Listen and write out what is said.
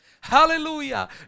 hallelujah